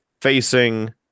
facing